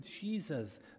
jesus